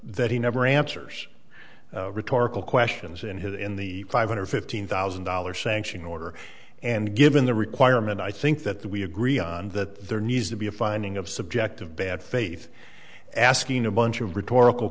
that he never answers rhetorical questions in his in the five hundred fifteen thousand dollars sanction order and given the requirement i think that we agree on that there needs to be a finding of subject of bad faith asking a bunch of rhetorical